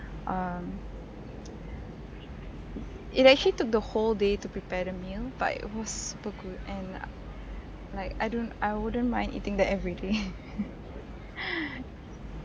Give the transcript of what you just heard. um it actually took the whole day to prepare the meal but it was super good and like I don't I wouldn't mind eating that everyday